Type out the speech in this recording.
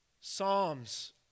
Psalms